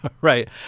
Right